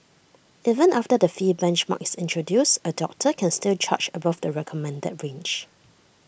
even after the fee benchmark is introduced A doctor can still charge above the recommended range